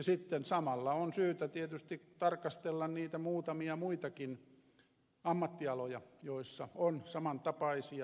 sitten samalla on syytä tietysti tarkastella niitä muutamia muitakin ammattialoja joissa on samantapaisia ongelmia